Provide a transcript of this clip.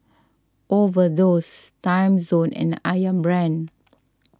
Overdose Timezone and Ayam Brand